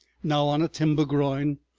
now on a timber groin,